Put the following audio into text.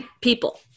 people